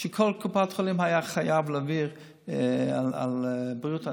כשכל קופת חולים הייתה חייבת להעביר את בריאות הנפש,